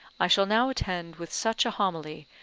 i shall now attend with such a homily,